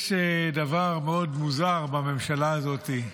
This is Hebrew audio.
יש דבר מאוד מוזר בממשלה הזאת.